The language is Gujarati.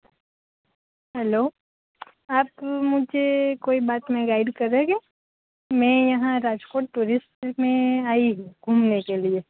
હલ્લો આપ મુજે કોઈ બાતમે ગાઈડ કરેંગે મેં યહાં રાજકોટ ટુરિસ્ટમેં આઈ હું ધૂમને કે લીએ